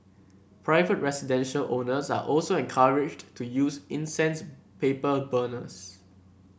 private residential owners are also encouraged to use incense paper burners